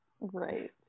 Right